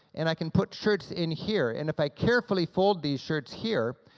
and i can put shirts in here, and if i carefully fold these shirts here,